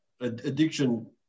addiction